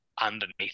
underneath